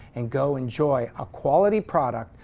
and go enjoy a quality product,